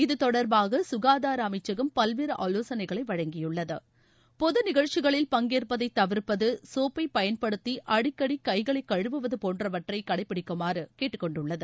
இதுதொடர்பாகசுகாதாரஅமைச்சகம் பல்வேறுஆலோசனைகளைவழங்கியுள்ளது பொதுநிகழ்ச்சிகளில் பங்கேற்பதைதவிர்ப்பது சோப்பைபயன்படுத்திஅடிக்கடிகைகளைகழுவுவதுபோன்றவற்றைகடைப்பிடிக்குமாறுகேட்டுக்கொண்டுள்ளது